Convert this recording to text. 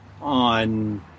on